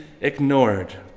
ignored